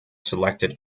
selected